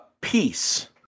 Peace